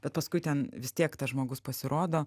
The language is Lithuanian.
bet paskui ten vis tiek tas žmogus pasirodo